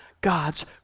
God's